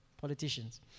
politicians